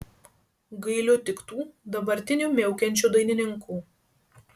gailiu tik tų dabartinių miaukiančių dainininkų